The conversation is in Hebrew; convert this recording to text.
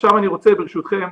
עכשיו אני רוצה, ברשותכם,